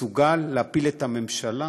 מסוגל להפיל את הממשלה